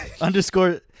underscore